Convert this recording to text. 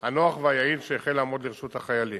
הנוח והיעיל שהחל לעמוד לרשות החיילים.